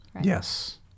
Yes